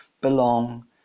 belong